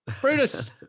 Brutus